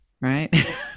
right